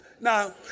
now